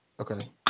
Okay